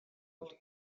бол